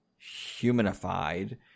humanified